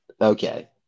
Okay